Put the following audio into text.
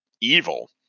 evil